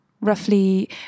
roughly